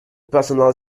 personal